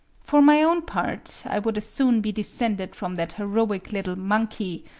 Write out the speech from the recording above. for my own part i would as soon be descended from that heroic little monkey,